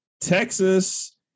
Texas